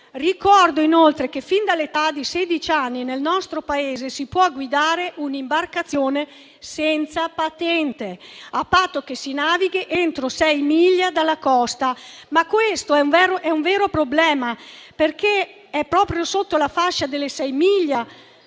Ricordo inoltre che, fin dall'età di sedici anni, nel nostro Paese si può guidare un'imbarcazione senza patente, a patto che si navighi entro sei miglia dalla costa. Ma questo è un vero problema, perché è proprio quella sotto le sei miglia